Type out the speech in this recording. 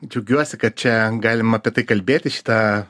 džiaugiuosi kad čia galima apie tai kalbėti šitą